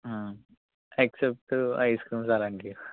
except ice creams అలాంటివి